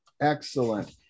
Excellent